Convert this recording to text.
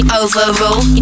overrule